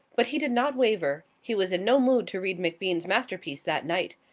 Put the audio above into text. but he did not waver. he was in no mood to read macbean's masterpiece that night.